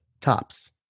tops